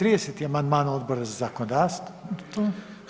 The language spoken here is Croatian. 30. amandman Odbora za zakonodavstvo.